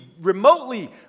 remotely